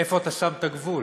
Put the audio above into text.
איפה אתה שם את הגבול?